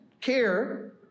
care